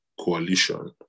coalition